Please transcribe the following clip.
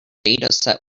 dataset